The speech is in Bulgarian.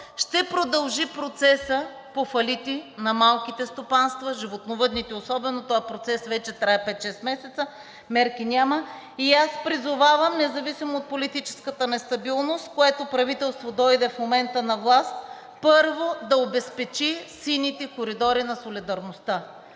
ще продължи процеса по фалити на малките стопанства, в животновъдните особено този процес вече трае 5 – 6 месеца, мерки няма и аз призовавам, независимо от политическата нестабилност, което правителство дойде на власт, първо да обезпечи сините коридори на солидарността.